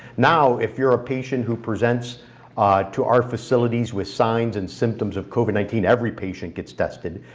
now if you're a patient who presents to our facilities with signs and symptoms of covid nineteen, every patient gets tested.